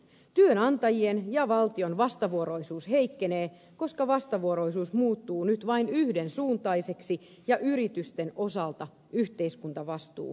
työnantajien ja valtion vastavuoroisuus heikkenee koska vastavuoroisuus muuttuu nyt vain yhdensuuntaiseksi ja yritysten osalta yhteiskuntavastuu heikkenee